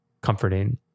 comforting